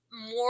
more